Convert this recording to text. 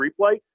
replay